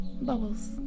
Bubbles